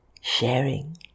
sharing